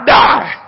die